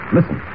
Listen